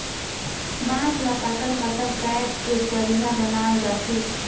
बांस ल पातर पातर काएट के चरहिया बनाल जाथे